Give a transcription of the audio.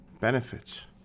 benefits